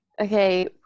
okay